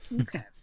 Okay